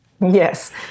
Yes